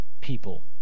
people